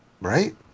right